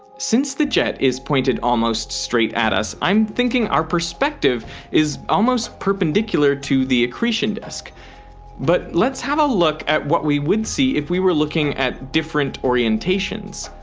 since the jet is pointed almost straight at us i'm thinking our perspective is almost perpendicular to the accretion disk but let's have a look at what we would see if we were looking looking at different orientations.